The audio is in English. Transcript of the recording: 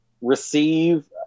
receive